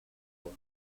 voix